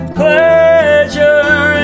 pleasure